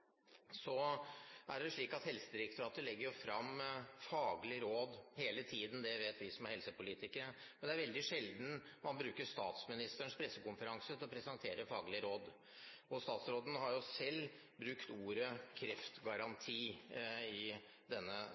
er det slik at Helsedirektoratet legger fram faglige råd hele tiden – det vet vi som er helsepolitikere – men det er veldig sjelden man bruker statsministerens pressekonferanse til å presentere faglige råd. Statsråden har selv brukt ordet «kreftgaranti» i denne